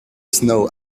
snow